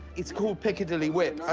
it is called pickdilley whip, ah